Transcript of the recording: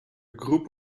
group